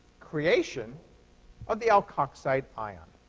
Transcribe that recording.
creation of the alkoxide ion.